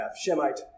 Shemite